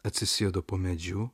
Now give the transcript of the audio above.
atsisėdo po medžiu